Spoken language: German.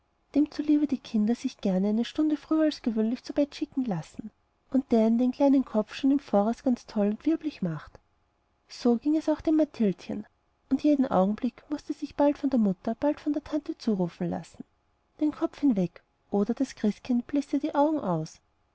dem zuliebe die kinder sich gerne eine stunde früher als gewöhnlich zu bett schicken lassen und der ihnen den kleinen kopf schon im voraus ganz toll und wirblicht macht so ging es auch dem mathildchen und jeden augenblick mußte es sich bald von der mama bald von der tante zurufen lassen den kopf hinweg oder das christkind bläst dir die augen aus